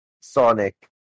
Sonic